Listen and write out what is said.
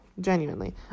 Genuinely